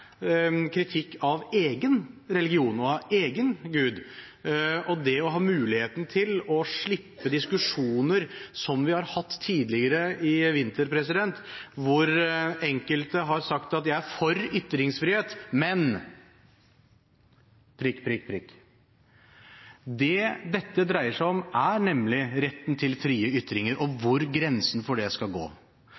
kritikk av egen religion og av egen gud og det å ha muligheten til å slippe diskusjoner, som vi har hatt tidligere i vinter, hvor enkelte har sagt at de er «for ytringsfrihet, men …». Dette dreier seg nemlig om retten til frie ytringer og hvor grensen for det skal gå.